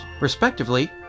respectively